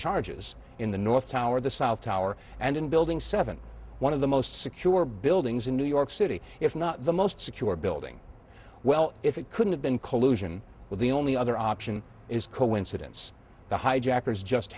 charges in the north tower the south tower and in building seven one of the most secure buildings in new york city if not the most secure building well if it couldn't have been collusion with the only other option is coincidence the hijackers just